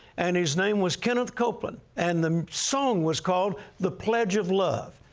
and his name was kenneth copeland, and the song was called the pledge of love.